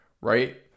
right